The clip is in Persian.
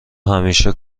همیشه